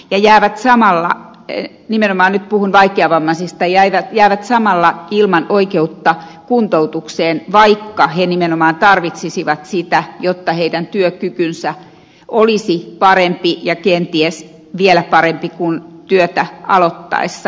järvet samalla eli viimemainittuun kaikkia hoitotukiaan ja jäävät samalla nyt puhun nimenomaan vaikeavammaisista ilman oikeutta kuntoutukseen vaikka he nimenomaan tarvitsisivat sitä jotta heidän työkykynsä olisi parempi ja kenties vielä parempi kuin työtä aloittaessa